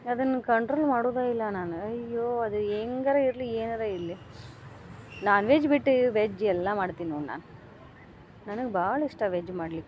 ಅದನ್ನು ಕಂಟ್ರೋಲ್ ಮಾಡುದೇ ಇಲ್ಲ ನಾನ ಅಯ್ಯೋ ಅದು ಹೆಂಗಾರ ಇರಲಿ ಏನಾರ ಇರಲಿ ನಾನ್ ವೆಜ್ ಬಿಟ್ಟು ವೆಜ್ ಎಲ್ಲಾ ಮಾಡ್ತೀನಿ ನೋಡಿ ನಾನು ನನಗೆ ಭಾಳ ಇಷ್ಟ ವೆಜ್ ಮಾಡಲಿಕ್ಕೆ